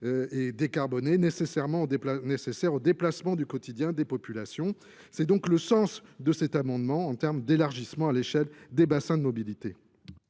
nécessairement nécessaire aux déplacements du quotidien des populations, c'est donc le sens de cet amendement en termes d'élargissement à l'échelle des bassins de mobilité.